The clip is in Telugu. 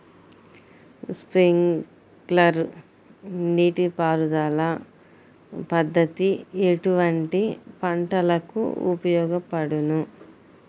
స్ప్రింక్లర్ నీటిపారుదల పద్దతి ఎటువంటి పంటలకు ఉపయోగపడును?